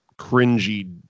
cringy